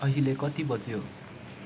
अहिले कति बज्यो